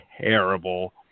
terrible